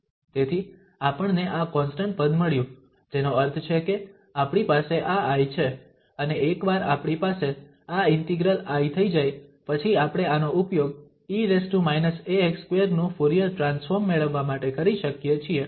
તેથી આપણને આ કોન્સ્ટંટ પદ મળ્યુ જેનો અર્થ છે કે આપણી પાસે આ I છે અને એકવાર આપણી પાસે આ ઇન્ટિગ્રલ I થઈ જાય પછી આપણે આનો ઉપયોગ e−ax2 નું ફુરીયર ટ્રાન્સફોર્મ મેળવવા માટે કરી શકીએ છીએ